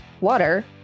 Water